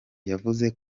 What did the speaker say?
yavuze